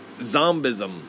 zombism